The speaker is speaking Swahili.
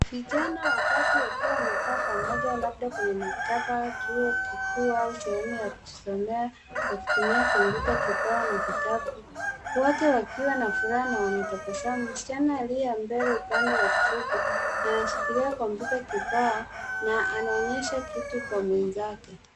Vijana watatu wakiwa wamekaa pamoja labda kwenye maktaba, chuo kikuu au sehemu ya kusomea wakitumia kompyuta kibao na vitabu. Wote wakiwa na furaha na wanatabasamu. Msichana aliye mbele upande wa kushoto anashikilia kompyuta kibao na anaonyesha kitu kwa mwenzake.